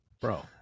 bro